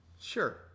Sure